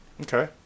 Okay